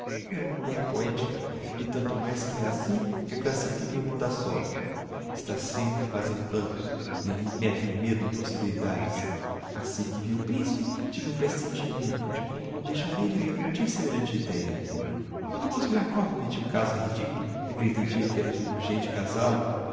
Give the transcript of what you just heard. é uma mulher poetica e tanto mais que é assim que a classificam em mordassov está sempre a fazer planos nem lhe mettem medo impossibilidades assim que vi o principe tive um presentimento de como não deixaria de lhe accudir semelhante ideia quando o mozgliakov mettia o caso a ridiculo e pretendia que era urgente casál o